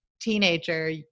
teenager